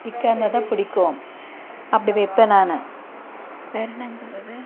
திக்காக இருந்தால் தான் பிடிக்கும் அப்படி வைப்பேன் நான் வேறு என்னங்க சொல்வது